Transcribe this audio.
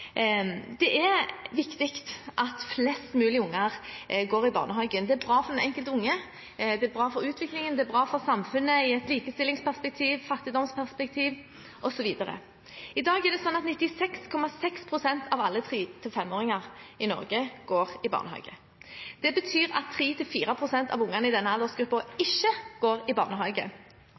Det er viktig at flest mulig unger går i barnehage. Det er bra for den enkelte unge, det er bra for utviklingen, det er bra for samfunnet i et likestillingsperspektiv, i et fattigdomsperspektiv osv. I dag er det sånn at 96,6 pst. av alle 3–5-åringer i Norge går i barnehage. Det betyr at 3–4 pst. av ungene i denne aldersgruppen ikke går i barnehage,